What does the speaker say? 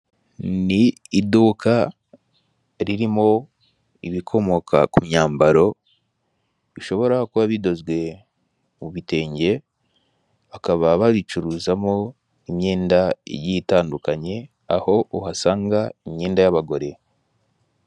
Ni iduka ririmo ibikomoka ku myambaro bishobora kuba bidozwe mu bitenge bakaba bacuruzamo imyenda itandukanye aho uhasanga imyenda y'abagore.